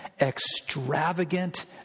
extravagant